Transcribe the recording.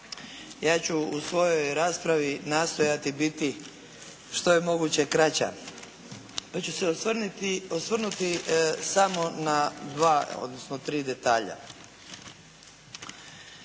Ja ću u svoj raspravi nastojati biti što je moguće kraća, pa ću se osvrnuti samo na dva odnosno tri detalja.